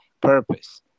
purpose